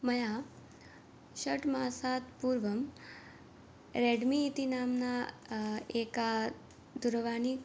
मया षट् मासात् पूर्वं रेड्मी इति नाम्ना एका दूरवाणी